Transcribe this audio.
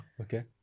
Okay